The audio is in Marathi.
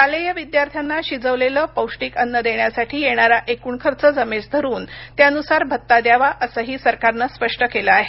शालेय विद्यार्थ्यांना शिजवलेलं पौष्टिक अन्न देण्यासाठी येणारा एकूण खर्च जमेस धरून त्यानुसार भत्ता द्यावा असंही सरकारनं स्पष्ट केलं आहे